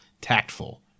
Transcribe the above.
tactful